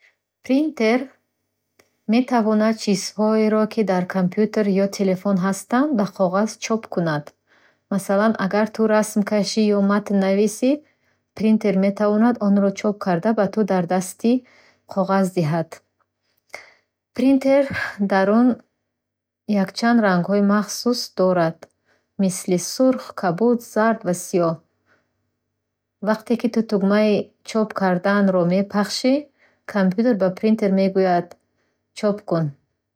Принтер метавонад чизҳоеро, ки дар компютер ё телефон ҳастанд, ба коғаз чоп кунад. Масалан, агар ту расм кашӣ ё матн нависӣ, принтер метавонад онро чоп карда, ба ту дар дасти коғаз диҳад. Принтер дарун якчанд рангҳои махсусдорад — мисли сурх, кабуд, зард ва сиёҳ. Вақте ки ту тугмаи "чоп кардан" мепахшӣ, компютер ба принтер мегӯяд: “Чоп кун!”